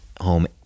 home